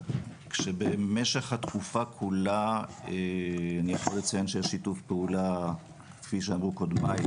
כשבמשך התקופה כולה אני יכול לציין שהיה שיתוף פעולה כפי שאמרו קודמיי,